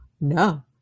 no